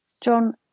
John